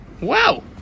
Wow